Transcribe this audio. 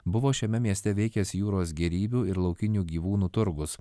buvo šiame mieste veikęs jūros gėrybių ir laukinių gyvūnų turgus